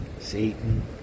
Satan